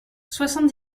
soixante